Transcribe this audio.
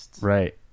Right